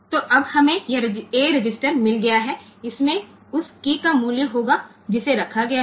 तो अब हमें यह A रजिस्टर मिल गया है इसमें उस कीय का मूल्य होगा जिसे रखा गया है